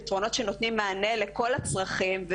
פתרונות שנותנים מענה לכל הצרכים,